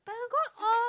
pentagon all